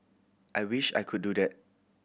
I wish I could do that